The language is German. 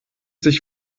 sich